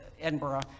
Edinburgh